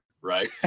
right